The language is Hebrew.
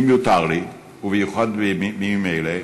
אם יותר לי, ובמיוחד בימים אלה,